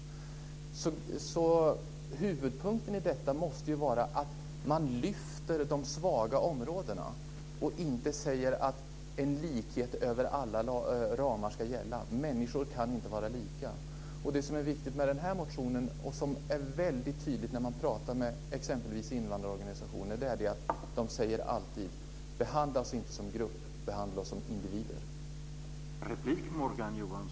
Huvudpunkten i detta måste vara att man lyfter upp de svaga områdena och inte säger att likhet ska gälla överlag. Människor är inte lika. Det viktiga med den här motionen, något som också blir väldigt tydligt när man pratar med exempelvis invandrarorganisationerna, är betoningen på att invandrarna inte ska behandlas som en grupp. De säger: Behandla oss som individer!